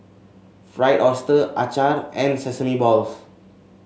Fried Oyster acar and Sesame Balls